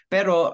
Pero